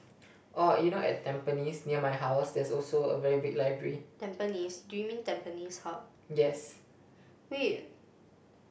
Tampines do you mean Tampines hub wait